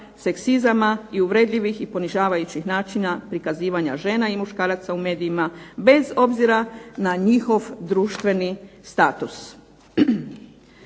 seksizama i uvredljivih i ponižavajućih načina prikazivanja žena i muškaraca u medijima bez obzira na njihov društveni status.